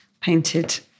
painted